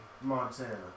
Montana